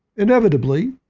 inevitably